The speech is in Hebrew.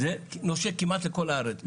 זה נושק כמעט לכול הארץ,